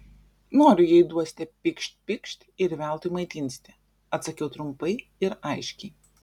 noriu jei duosite pykšt pykšt ir veltui maitinsite atsakiau trumpai ir aiškiai